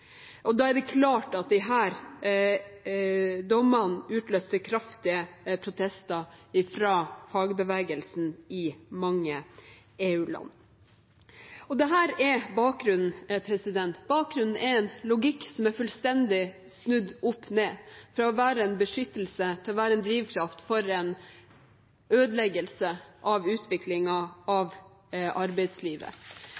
Og da er det klart at disse dommene utløste kraftige protester fra fagbevegelsen i mange EU-land. Dette er bakgrunnen. Bakgrunnen er en logikk som er fullstendig snudd opp ned, fra å være en beskyttelse til å være en drivkraft for en ødeleggelse av